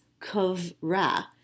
Kovra